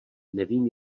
nevím